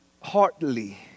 heartily